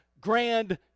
grand